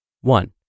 one